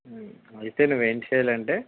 అయితే నువ్వు ఏమి చెయ్యాలంటే